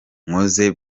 nkoze